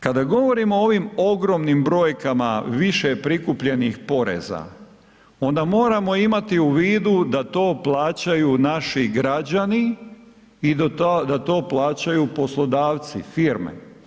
Kada govorimo o ovim ogromnim brojkama više prikupljenih poreza onda moramo imati u vidu da to plaćaju naši građani i da to plaćaju poslodavci, firme.